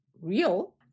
real